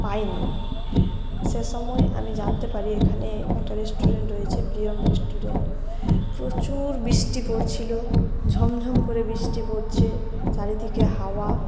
পাইনি সে সময় আমি জানতে পারি এখানে একটা রেস্টুরেন্ট রয়েছে প্রিয়ম রেস্টুরেন্ট প্রচুর বৃষ্টি পড়ছিলো ঝমঝম করে বৃষ্টি পড়ছে চারিদিকে হাওয়া